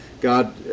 God